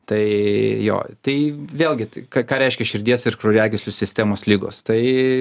tai jo tai vėlgi tai ką ką reiškia širdies ir kraujagyslių sistemos ligos tai